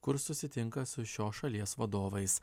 kur susitinka su šios šalies vadovais